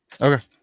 Okay